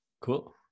Cool